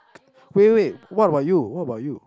wait wait wait what about you what about you